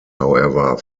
however